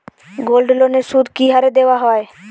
গোল্ডলোনের সুদ কি হারে দেওয়া হয়?